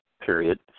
period